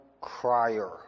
crier